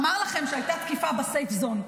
אמר לכם שהייתה תקיפה ב-safe zone.